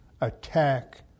attack